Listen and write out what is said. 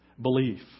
belief